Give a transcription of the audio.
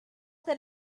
that